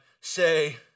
say